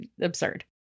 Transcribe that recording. absurd